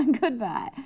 Goodbye